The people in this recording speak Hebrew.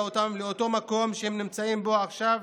אותם לאותו מקום שהם נמצאים בו עכשיו,